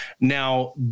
Now